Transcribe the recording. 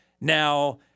Now